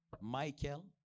Michael